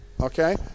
okay